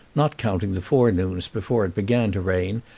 not counting the forenoons before it began to rain,